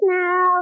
now